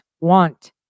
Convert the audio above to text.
want